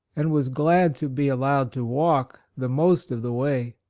and was glad to be allowed to walk the most of the way.